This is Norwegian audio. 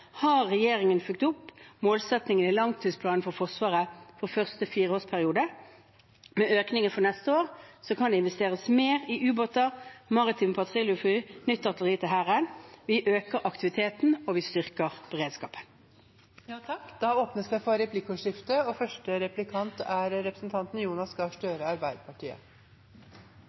har regjeringen fulgt opp målsettingen i langtidsplanen for Forsvaret for første fireårsperiode. Med økningen for neste år kan det investeres mer i ubåter, maritime patruljefly og nytt artilleri til Hæren. Vi øker aktiviteten, og vi styrker beredskapen. Det blir replikkordskifte. Denne regjeringen har prioritert skattekutt som en viktig strategi for